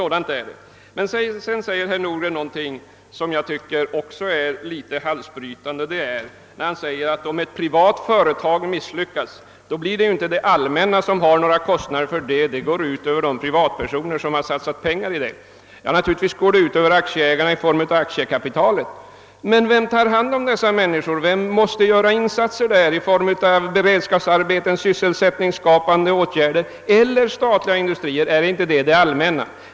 Herr Nordgren sade vidare någonting som jag tycker också är halsbrytande. Han säger att om ett privat företag misslyckas, så blir det inte det allmänna som får några kostnader för det, utan det går ut över de privatpersoner som har satsat pengar i företaget. Naturligtvis går det ut över aktieägarna vad beträffar aktiekapitalet. Men vem tar hand om de anställda i företaget? Vem måste göra insatser i form av beredskapsarbeten, <sysselsättningsskapande åtgärder eller statliga industrier? Är det inte det allmänna?